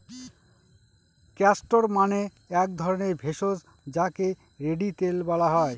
castor মানে এক ধরণের ভেষজ যাকে রেড়ি তেল বলা হয়